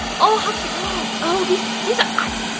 oh how cute! ah oh, these, these are. oh,